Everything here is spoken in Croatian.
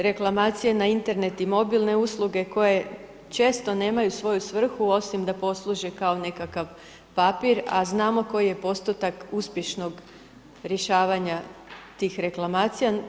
Reklamacije na Internet i mobilne usluge koje često nemaju svoju svrhu osim da posluži kao nekakav papir a znamo koji je postotak uspješnog rješavanja tih reklamacija.